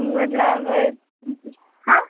मतलब हाँ